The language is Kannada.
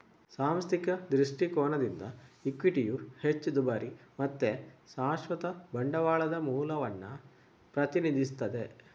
ಸಾಂಸ್ಥಿಕ ದೃಷ್ಟಿಕೋನದಿಂದ ಇಕ್ವಿಟಿಯು ಹೆಚ್ಚು ದುಬಾರಿ ಮತ್ತೆ ಶಾಶ್ವತ ಬಂಡವಾಳದ ಮೂಲವನ್ನ ಪ್ರತಿನಿಧಿಸ್ತದೆ